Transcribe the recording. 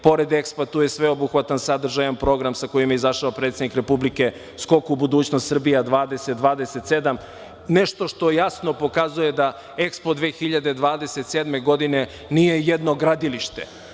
Pored EKSPA tu je sveobuhvatan sadržajan program sa kojim je izašao predsednik republike, skok u budućnost „Srbija 2027“, nešto što jasno pokazuje da EKSPO 2027 godine nije jedno gradilište,